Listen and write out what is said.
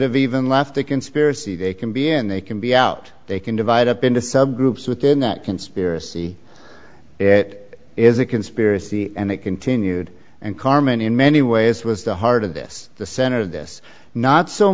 have even left a conspiracy they can be and they can be out they can divide up into subgroups within that conspiracy it is a conspiracy and it continued and carmen in many ways was the heart of this the center of this not so